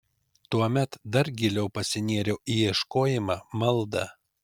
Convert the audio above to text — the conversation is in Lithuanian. tuomet dar giliau pasinėriau į ieškojimą maldą